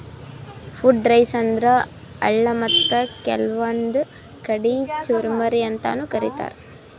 puffed rice ಅಂದ್ರ ಅಳ್ಳ ಮತ್ತ್ ಕೆಲ್ವನ್ದ್ ಕಡಿ ಚುರಮುರಿ ಅಂತಾನೂ ಕರಿತಾರ್